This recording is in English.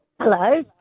Hello